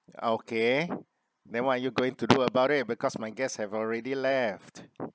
okay then what are you going to do about it because my guests have already left